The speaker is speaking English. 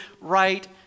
right